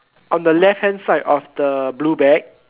on the left hand side of the blue bag